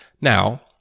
Now